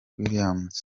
williams